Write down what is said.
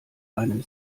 einem